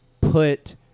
put